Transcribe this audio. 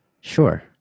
sure